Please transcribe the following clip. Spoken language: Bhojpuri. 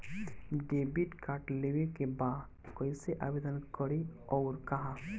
डेबिट कार्ड लेवे के बा कइसे आवेदन करी अउर कहाँ?